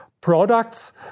products